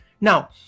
Now